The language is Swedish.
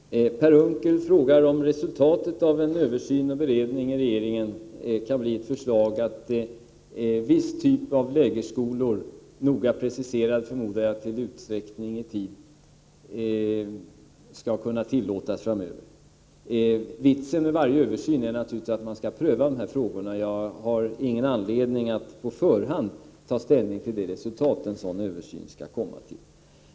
Herr talman! Per Unckel frågar om resultatet av en översyn och beredning i regeringen kan bli ett förslag som innebär att viss typ av lägerskolor — noga preciserat när det gäller utsträckning i tiden, förmodar jag — skall kunna tillåtas framöver. Vitsen med varje översyn är naturligtvis att man skall pröva frågorna, och jag har ingen anledning att på förhand ta ställning till vilket resultat en översyn kan komma fram till.